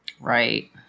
Right